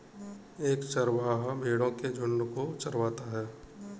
एक चरवाहा भेड़ो के झुंड को चरवाता है